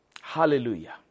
Hallelujah